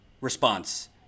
response